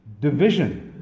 division